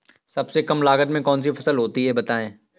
सबसे कम लागत में कौन सी फसल होती है बताएँ?